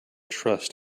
trust